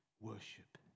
Worship